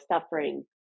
suffering